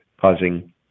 causing